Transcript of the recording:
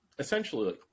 Essentially